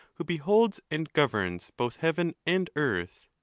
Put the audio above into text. who beholds and governs both heaven and earth.